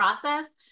process